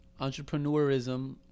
Entrepreneurism